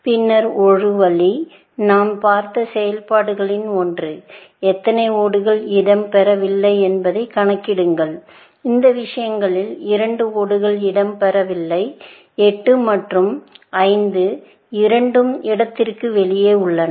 பின்னர் ஒரு வழி நாம் பார்த்த செயல்பாடுகளில் ஒன்று எத்தனை ஓடுகள் இடம் பெறவில்லை என்பதைக் கணக்கிடுங்கள் இந்த விஷயத்தில் இரண்டு ஓடுகள் இடம் பெறவில்லை 8 மற்றும் 5 இரண்டும் இடத்திற்கு வெளியே உள்ளன